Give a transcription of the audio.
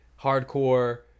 hardcore